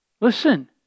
Listen